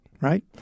right